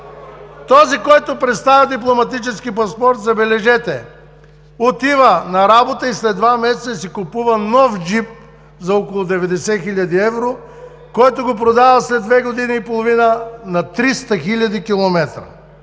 Този, който представя дипломатически паспорт, забележете, отива на работа и след два месеца си купува нов джип за около 90 хиляди евро, който го продава след две години и половина на 300 хиляди километра.